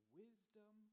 wisdom